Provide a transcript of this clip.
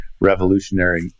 revolutionary